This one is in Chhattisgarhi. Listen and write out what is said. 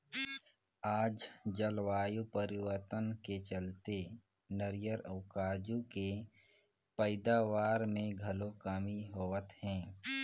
आज जलवायु परिवर्तन के चलते नारियर अउ काजू के पइदावार मे घलो कमी होवत हे